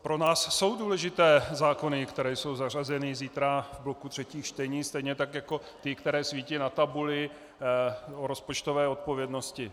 Pro nás jsou důležité zákony, které jsou zařazeny zítra v bloku třetích čtení stejně tak jako ty, které svítí na tabuli, o rozpočtové odpovědnosti.